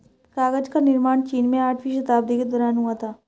कागज का निर्माण चीन में आठवीं शताब्दी के दौरान हुआ था